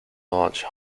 large